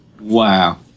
wow